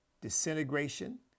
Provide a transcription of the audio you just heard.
Disintegration